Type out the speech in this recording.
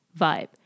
vibe